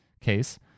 Case